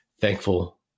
Thankful